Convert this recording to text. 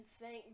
thank